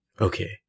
okay